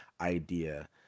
idea